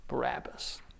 Barabbas